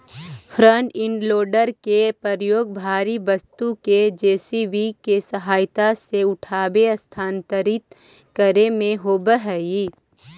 front end loader के प्रयोग भारी वस्तु के जे.सी.बी के सहायता से उठाके स्थानांतरित करे में होवऽ हई